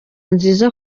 nziza